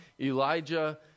Elijah